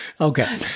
Okay